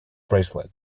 bracelet